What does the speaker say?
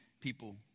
people